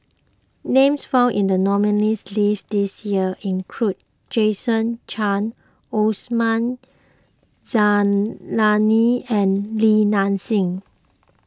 names found in the nominees' list this year include Jason Chan Osman Zailani and Li Nanxing